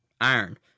iron